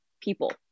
people